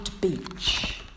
beach